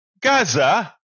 Gaza